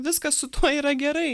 viskas su tuo yra gerai